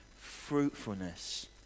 fruitfulness